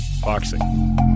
Boxing